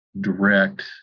direct